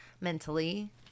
mentally